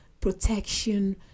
protection